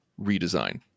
redesign